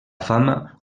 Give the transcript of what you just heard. fama